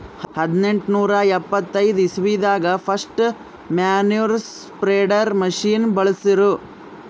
ಹದ್ನೆಂಟನೂರಾ ಎಪ್ಪತೈದ್ ಇಸ್ವಿದಾಗ್ ಫಸ್ಟ್ ಮ್ಯಾನ್ಯೂರ್ ಸ್ಪ್ರೆಡರ್ ಮಷಿನ್ ಬಳ್ಸಿರು